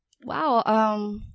Wow